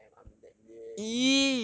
damn I'm in that list